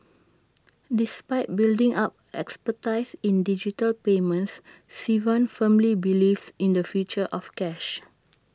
despite building up expertise in digital payments Sivan firmly believes in the future of cash